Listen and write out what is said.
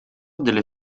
delle